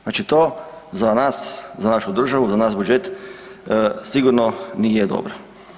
Znači to za nas, za našu državu, za naš budžet sigurno nije dobro.